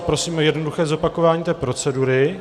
Prosím o jednoduché zopakování procedury.